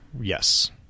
yes